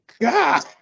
god